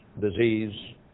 disease